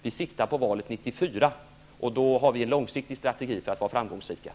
Vi siktar på valet 1994, och vår strategi för framgång är därför långsiktig.